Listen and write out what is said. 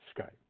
Skype